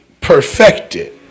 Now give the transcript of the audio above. perfected